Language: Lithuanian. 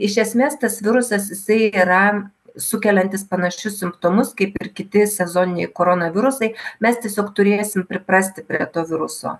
iš esmės tas virusas jisai yra sukeliantis panašius simptomus kaip ir kiti sezoniniai koronavirusai mes tiesiog turėsim priprasti prie to viruso